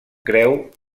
creu